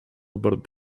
bought